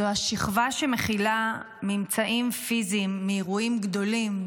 זו השכבה שמכילה ממצאים פיזיים מאירועים גדולים,